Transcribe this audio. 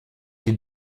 die